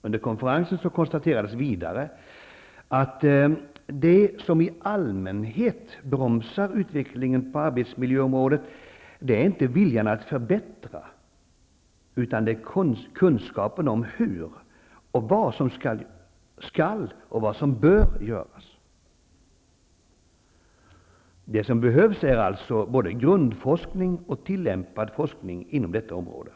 Under konferensen konstaterades vidare att det som i allmänhet bromsar utvecklingen på arbetsmiljöområdet inte är viljan att förbättra, utan det är kunskapen om hur och vad som skall och bör göras. Det som behövs är alltså både grundforskning och tillämpad forskning inom detta område.